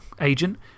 agent